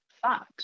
thought